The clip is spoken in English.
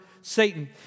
Satan